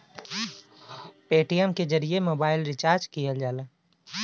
Paytm के जरिए mobile recharge किहल जाला